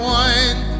one